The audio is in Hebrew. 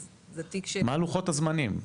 אז זה תיק --- מה לוחות הזמנים?